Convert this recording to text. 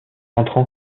entrent